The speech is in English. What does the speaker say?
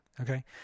okay